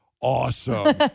Awesome